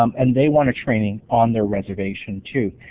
um and they wanna a training on their reservation too.